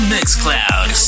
Mixcloud